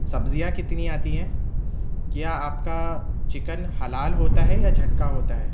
سبزیاں کتنی آتی ہیں کیا آپ کا چکن حلال ہوتا ہے یا جھٹکا ہوتا ہے